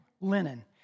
linen